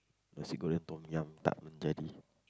nasi-goreng Tom-Yum tak jadi